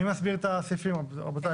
מי מסביר את הסעיפים רבותיי,